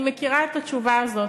אני מכירה את התשובה הזאת,